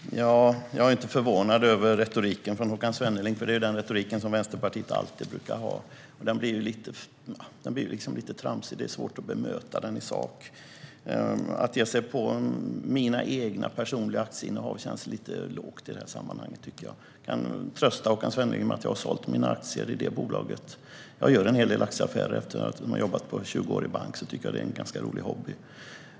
Herr talman! Jag är inte förvånad över retoriken från Håkan Svenneling, för det är den retorik som Vänsterpartiet brukar ha. Den blir lite tramsig. Det är svårt att bemöta den i sak. Att Håkan Svenneling ger sig på mina personliga aktieinnehav känns lite lågt i detta sammanhang, tycker jag. Jag kan trösta Håkan Svenneling med att jag har sålt mina aktier i det bolaget. Jag gör en hel del aktieaffärer. Efter att ha jobbat 20 år i bank tycker jag att det är en ganska rolig hobby.